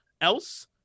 else